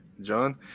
John